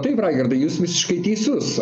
taip raigardai jūs visiškai teisus